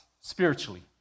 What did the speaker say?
spiritually